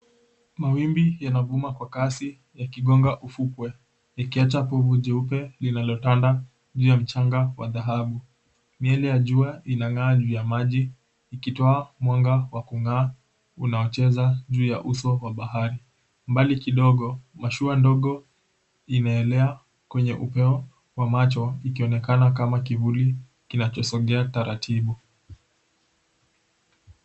Mawimbi yanavuma kwa kasi yakigonga ufukwe ikiacha povu jeupe linalotanda juu ya mchanga wa dhahabu. Miale ya jua inang'aa juu ya maji ikitoa mwanga wa kung'aa unaocheza juu ya uso wa bahari. Mbali kidogo mashua ndogo inaelea kwenye upeo wa macho ikionekana kama kivuli kinachosongea taratibu.